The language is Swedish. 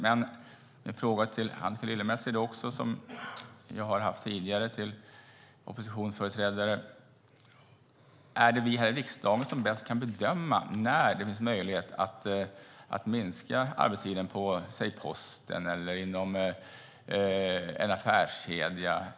Jag ställer samma fråga till Annika Lillemets som den jag tidigare ställt till oppositionsföreträdare här: Är det vi här i riksdagen som bäst kan bedöma när det finns möjlighet att minska arbetstiden, exempelvis hos Posten eller inom en affärskedja?